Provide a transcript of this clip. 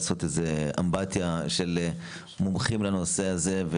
לעשות איזו שהיא "אמבטיה" של מומחים לנושא הזה.